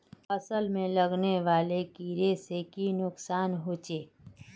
फसल में लगने वाले कीड़े से की नुकसान होचे?